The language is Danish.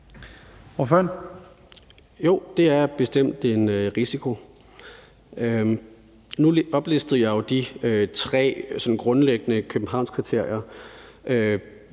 Ryle (LA): Jo, det er bestemt en risiko. Nu oplistede jeg jo de tre grundlæggende Københavnskriterier,